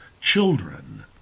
children